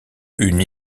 une